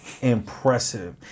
impressive